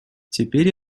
теперь